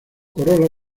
corola